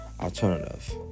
Alternative